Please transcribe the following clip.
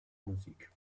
musik